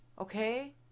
Okay